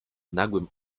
nagłym